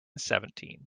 seventeen